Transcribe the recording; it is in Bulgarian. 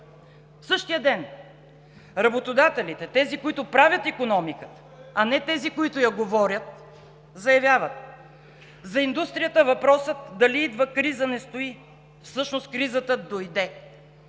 В същия ден работодателите, тези, които правят икономиката, а не тези, които я говорят, заявяват: „За индустрията въпросът дали идва криза не стои. Всъщност кризата дойде“.